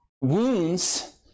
wounds